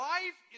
Life